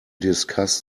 discuss